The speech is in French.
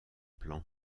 plan